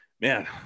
man